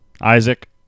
Isaac